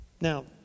Now